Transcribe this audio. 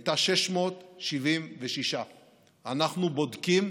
היה 676. אנחנו בודקים